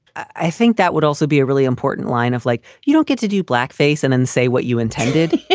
i think that would also be a really important line of like you don't get to do blackface and and say what you intended.